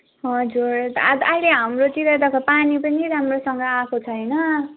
हजुर यता अहिले हाम्रोतिर त पानी पनि राम्रोसँग आएको छैन